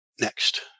next